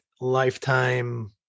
lifetime